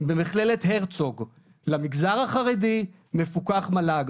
במכללת הרצוג למגזר החרדי, מפקוח מל"ג.